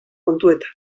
kontuetan